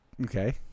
Okay